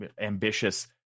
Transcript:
ambitious